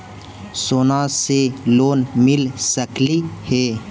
सोना से लोन मिल सकली हे?